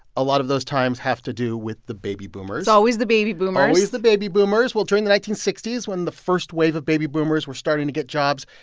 a lot of those times have to do with the baby boomers it's always the baby boomers always the baby boomers. well, during the nineteen sixty s, when the first wave of baby boomers were starting to get jobs,